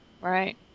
Right